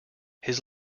his